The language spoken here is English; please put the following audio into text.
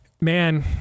man